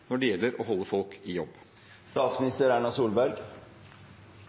når det gjelder å holde folk i